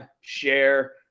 share